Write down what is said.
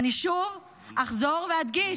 אני שוב אחזור ואדגיש,